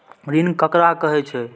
ऋण ककरा कहे छै?